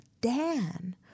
Dan